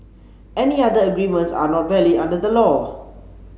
any other agreements are not valid under the law